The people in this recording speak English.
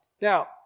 Now